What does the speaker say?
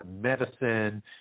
medicine